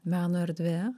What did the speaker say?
meno erdvė